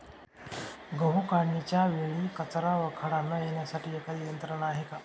गहू काढणीच्या वेळी कचरा व खडा न येण्यासाठी एखादी यंत्रणा आहे का?